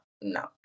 no